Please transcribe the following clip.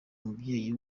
umubyeyi